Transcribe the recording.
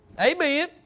Amen